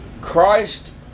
Christ